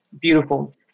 beautiful